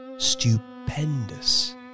Stupendous